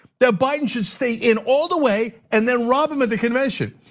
that biden should stay in all the way, and then rob him at the convention.